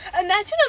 Imagine